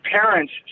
parents